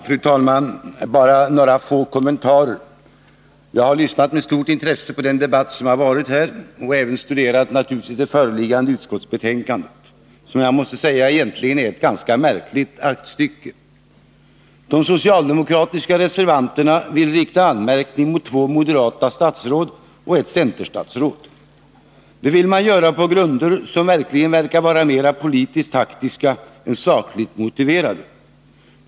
Fru talman! Bara några få kommentarer. Jag har med stort intresse lyssnat till den debatt som har varit här och naturligtvis även studerat det föreliggande utskottsbetänkandet, som jag måste säga egentligen är ett ganska märkligt aktstycke. De socialdemokratiska reservanterna vill rikta anmärkning mot två moderata statsråd och ett centerstatsråd. Det vill man göra på grunder som verkar vara mera politiskt taktiska än sakligt motiverade.